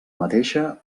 mateixa